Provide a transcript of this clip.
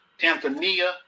Tanzania